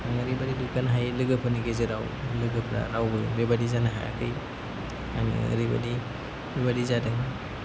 आं ओरैबादि दुग्गानो हायो लोगोफोरनि गेजेराव लोगोफोरा रावबो बेबादि जानो हायाखै आङो ओरैबादि बेबादि जादों